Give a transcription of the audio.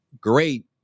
great